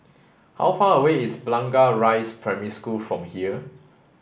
how far away is Blangah Rise Primary School from here